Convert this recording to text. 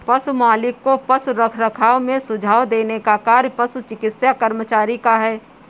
पशु मालिक को पशु रखरखाव में सुझाव देने का कार्य पशु चिकित्सा कर्मचारी का है